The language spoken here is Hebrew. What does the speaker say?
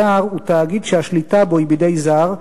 זר הוא תאגיד שהשליטה בו היא בידי זר,